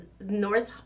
north